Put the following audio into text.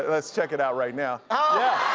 let's check it out right now. ah